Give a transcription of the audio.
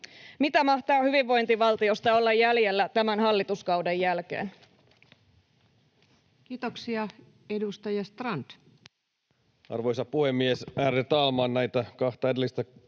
Mitä mahtaa hyvinvointivaltiosta olla jäljellä tämän hallituskauden jälkeen? Kiitoksia. — Edustaja Strand. Arvoisa puhemies, ärade talman! Kun kuunteli näitä